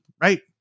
right